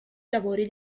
lavori